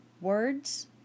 Words